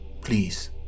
Please